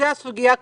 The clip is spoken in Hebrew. זו סוגיה קריטית.